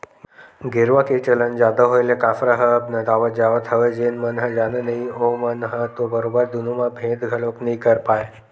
गेरवा के चलन जादा होय ले कांसरा ह अब नंदावत जावत हवय जेन मन ह जानय नइ ओमन ह तो बरोबर दुनो म भेंद घलोक नइ कर पाय